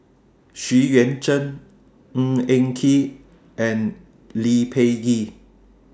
Xu Yuan Zhen Ng Eng Kee and Lee Peh Gee